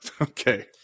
Okay